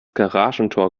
garagentor